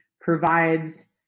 provides